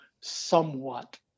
somewhat